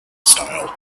style